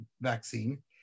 vaccine